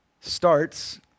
starts